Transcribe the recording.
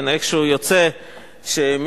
איכשהו יוצא שמישהו,